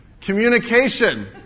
Communication